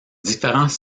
différents